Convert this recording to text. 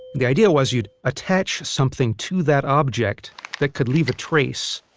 the idea was you'd attach something to that object that could leave a trace.